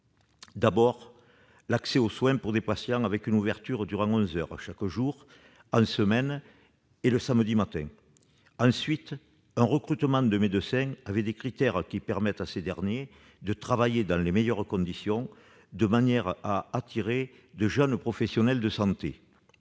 D'abord, l'accès aux soins pour les patients par une ouverture durant onze heures chaque jour en semaine, et le samedi matin. Ensuite, des critères de recrutement des médecins permettant à ces derniers de travailler dans les meilleures conditions, de manière à attirer de jeunes professionnels de santé.